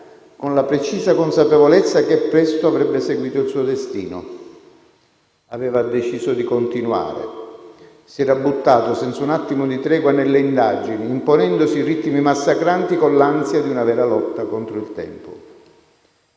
con la precisa consapevolezza che presto avrebbe seguito il suo destino. Aveva deciso di continuare e si era buttato senza un attimo di tregua nelle indagini, imponendosi ritmi massacranti con l'ansia di una vera lotta contro il tempo.